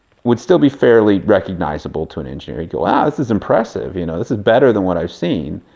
would still be fairly recognizable to an engineer. he'd go wow, this is impressive! you know, this is better than what i've seen.